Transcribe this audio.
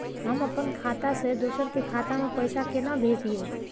हम अपन खाता से दोसर के खाता में पैसा केना भेजिए?